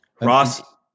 Ross